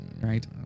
Right